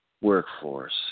Workforce